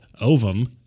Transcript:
Ovum